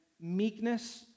meekness